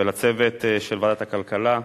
ולצוות של ועדת הכלכלה: